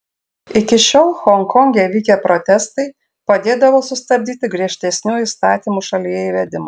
iki šiol honkonge vykę protestai padėdavo sustabdyti griežtesnių įstatymų šalyje įvedimą